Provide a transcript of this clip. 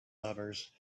lovers